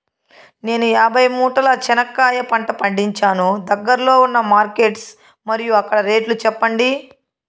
నేను యాభై మూటల చెనక్కాయ పంట పండించాను దగ్గర్లో ఉన్న మార్కెట్స్ మరియు అక్కడ రేట్లు చెప్పండి?